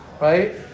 right